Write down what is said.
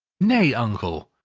nay, uncle,